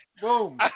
Boom